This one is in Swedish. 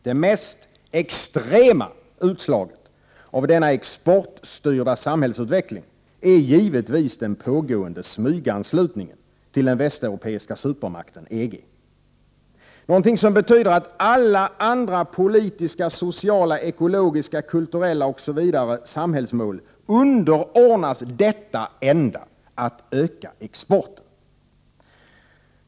Det mest extrema utslaget av denna exportstyrda samhällsutveckling är givetvis den pågående smyganslutningen till den västeuropeiska supermakten EG, någonting som betyder att alla andra politiska, sociala, ekologiska, kulturella och övriga samhällsmål underordnas detta enda: att öka exporten.